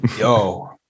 Yo